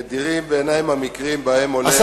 נדירים המקרים שבהם עולה,